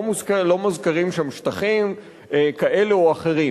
לא מוזכרים שם שטחים כאלה או אחרים.